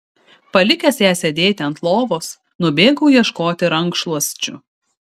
palikęs ją sėdėti ant lovos nubėgau ieškoti rankšluosčių